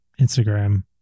Instagram